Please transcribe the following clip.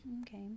Okay